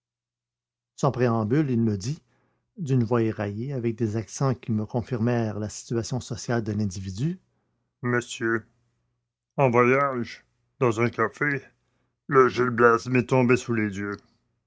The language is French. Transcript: sans préambule il me dit dune voix éraillée avec des accents qui me confirmèrent la situation sociale de l'individu monsieur en voyage dans un café le gil blas m'est tombé sous les yeux